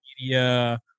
media